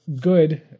good